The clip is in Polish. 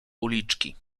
uliczki